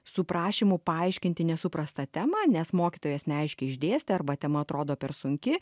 su prašymu paaiškinti nesuprastą temą nes mokytojas ne aiškiai išdėstė arba tema atrodo per sunki